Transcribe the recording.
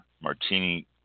Martini